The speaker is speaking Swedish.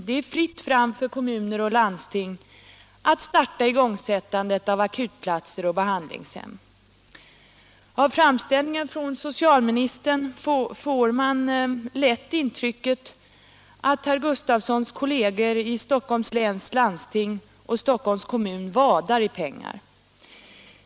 Det är fritt fram för kommuner och landsting att starta igångsättandet av akutplatser och behandlingshem. Av socialministerns framställning får man lätt intrycket att herr Gustavssons kolleger i Stockholms läns landsting och Stockholms kommun vadar i pengar.